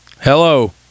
Hello